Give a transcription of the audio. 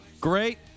Great